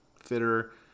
Fitter